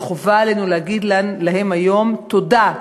וחובה עלינו להגיד להם היום תודה,